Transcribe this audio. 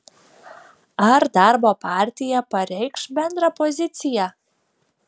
ar darbo partija pareikš bendrą poziciją